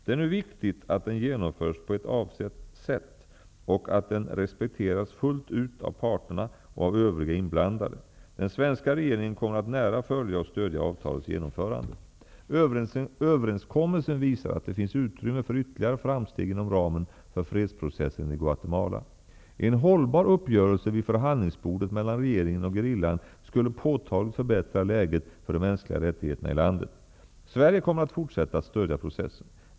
Det är nu viktigt att den genomförs på avsett sätt och att den respekteras fullt ut av parterna och av övriga inblandade. Den svenska regeringen kommer att nära följa och stödja avtalets genomförande. Överenskommelsen visar att det finns utrymme för ytterligare framsteg inom ramen för fredsprocessen i Guatemala. En hållbar uppgörelse vid förhandlingsbordet mellan regeringen och gerillan skulle påtagligt förbättra läget för de mänskliga rättigheterna i landet. Sverige kommer att fortsätta att stödja processen.